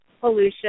pollution